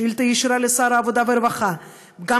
שאילתה ישירה לשר העבודה והרווחה הוגשה,